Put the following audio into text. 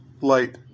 light